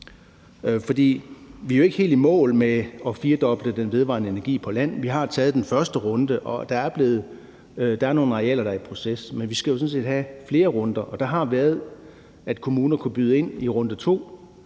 vi er jo ikke helt i mål med at firedoble andelen af den vedvarende energi på land. Vi har jo taget den første runde, og der er nogle arealer, der er i proces, men vi skal jo sådan set også have flere runder, og det har været sådan, at kommuner har kunnet byde ind i en runde to,